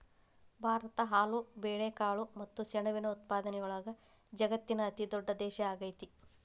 ಭಾರತ ಹಾಲು, ಬೇಳೆಕಾಳು ಮತ್ತ ಸೆಣಬಿನ ಉತ್ಪಾದನೆಯೊಳಗ ವಜಗತ್ತಿನ ಅತಿದೊಡ್ಡ ದೇಶ ಆಗೇತಿ